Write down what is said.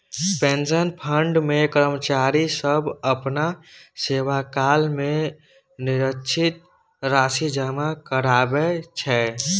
pension fund मे कर्मचारी सब अपना सेवाकाल मे निश्चित राशि जमा कराबै छै